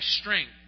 strength